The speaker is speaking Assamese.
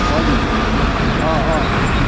হয় নেকি অঁ অঁ অঁ